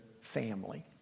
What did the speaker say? family